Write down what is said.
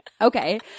Okay